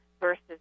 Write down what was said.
versus